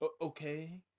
okay